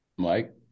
Mike